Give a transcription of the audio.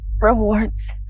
rewards